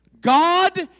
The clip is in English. God